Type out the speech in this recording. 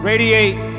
Radiate